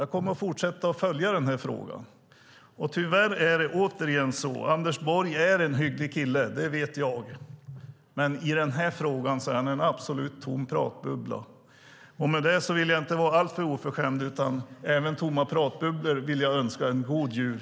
Jag kommer att fortsätta att följa frågan. Tyvärr återigen: Anders Borg är en hygglig kille - det vet jag - men i den här frågan är han en tom pratbubbla. Med det vill jag inte vara alltför oförskämd, utan även tomma pratbubblor vill jag önska en god jul.